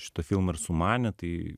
šitą filmą ir sumanė tai